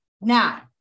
Now